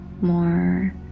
more